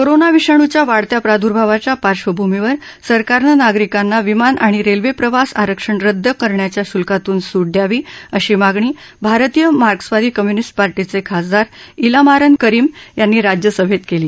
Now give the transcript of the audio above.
corona विषाणूच्या वाढत्या प्रादुर्भावाच्या पार्श्वभूमीवर सरकारनं नागरिकांना विमान आणि रस्त्रिप्रिमास आरक्षण रद्द करण्याच्या शुल्कातून सुट द्यावी अशी मागणी भारतीय मार्क्सवादी कम्युनिस्ट पार्टीचखिसदार क्रिमारन करीम यांनी राज्यसभात कळी